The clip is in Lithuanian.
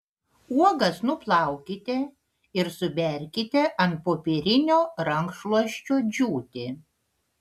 uogas nuplaukite ir suberkite ant popierinio rankšluosčio džiūti